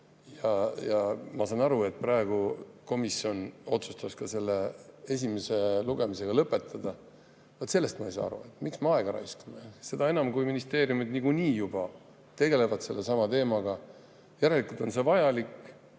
Ma saan aru, et praegu komisjon otsustas selle [menetlemise] esimese lugemisega lõpetada. Vaat sellest ma ei saa aru. Miks me aega raiskame? Seda enam, kui ministeeriumid niikuinii juba tegelevad sellesama teemaga, järelikult on see vajalik.